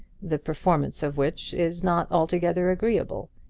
the performance of which is not altogether agreeable.